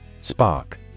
Spark